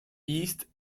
east